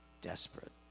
desperate